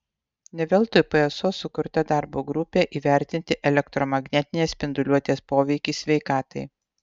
ne veltui pso sukurta darbo grupė įvertinti elektromagnetinės spinduliuotės poveikį sveikatai